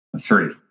three